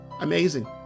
amazing